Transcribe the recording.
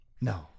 No